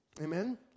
Amen